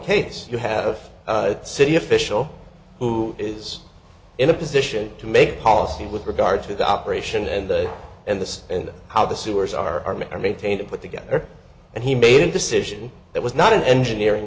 case you have a city official who is in a position to make policy with regard to the operation and the and the and how the sewers are maintained put together and he made a decision that was not an engineering